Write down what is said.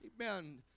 Amen